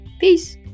Peace